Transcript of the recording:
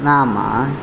नाम